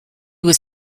was